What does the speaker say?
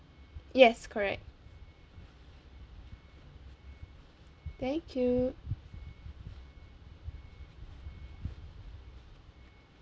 yes correct thank you